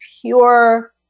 pure